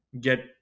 get